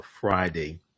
Friday